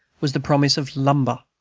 was the promise of lumber.